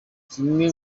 zimwe